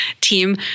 team